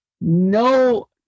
no